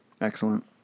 Excellent